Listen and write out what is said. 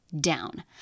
down